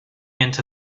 into